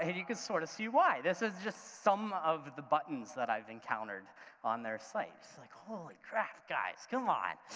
ah you can sort of see why, this is just some of the buttons that i've encountered on their site. it's like holy crap, guys, come on,